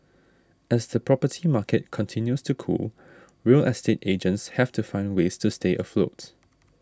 as the property market continues to cool real estate agents have to find ways to stay afloat